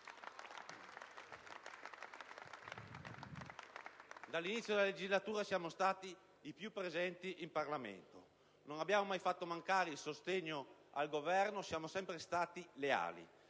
Dall'inizio della legislatura siamo stati i più presenti in Parlamento. Non abbiamo mai fatto mancare il sostegno al Governo. Siamo sempre stati leali.